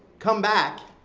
come back,